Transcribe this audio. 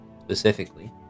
specifically